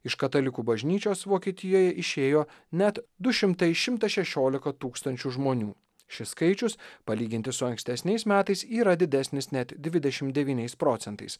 iš katalikų bažnyčios vokietijoj išėjo net du šimtai šimtas šešiolika tūkstančių žmonių šis skaičius palyginti su ankstesniais metais yra didesnis net dvidešim devyniais procentais